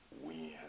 win